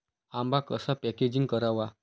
आंबा कसा पॅकेजिंग करावा?